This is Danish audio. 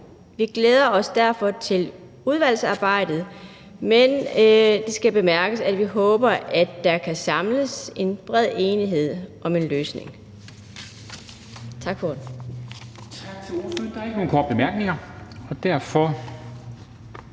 Vi glæder os derfor til udvalgsarbejdet, men det skal bemærkes, at vi håber, at der kan blive bred enighed om en løsning. Tak for